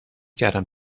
کردم